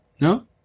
No